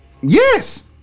Yes